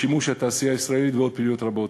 לשימוש התעשייה הישראלית, ועוד פעילויות רבות.